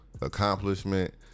accomplishment